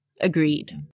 agreed